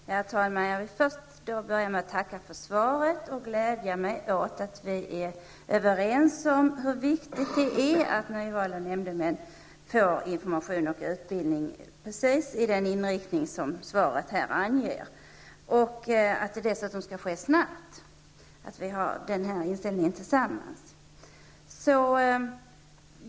Herr talman! Jag vill börja med att tacka för svaret. Jag gläder mig åt att vi är överens om hur viktigt det är att nyvalda nämndemän får information och utbildning med just den inriktning som svaret anger. Det är dessutom glädjande att vi delar inställningen att detta skall ske snabbt.